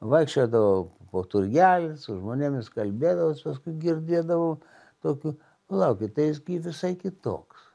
vaikščiodavau po turgelį su žmonėmis kalbėdavaus paskui girdėdavau tokiu palaukit tai jis gi visai kitoks